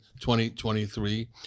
2023